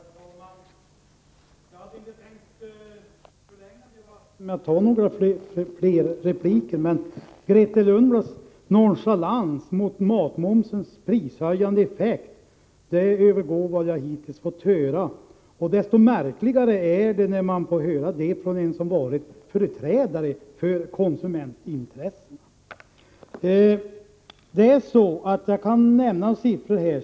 Herr talman! Jag hade inte tänkt förlänga debatten med några fler repliker, men Grethe Lundblads nonchalans i fråga om matmomsens prishöjande effekt övergår vad jag hittills fått höra. Desto märkligare är det att få höra sådant från en som varit företrädare för konsumentintressena. Jag kan nämna en del siffror.